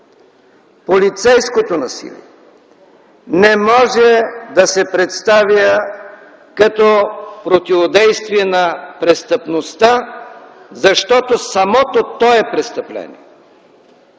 Полицейското насилие не може да се представя като противодействие на престъпността, защото самото то е престъпление!